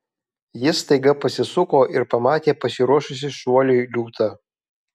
jis staiga pasisuko ir pamatė pasiruošusį šuoliui liūtą